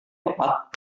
tepat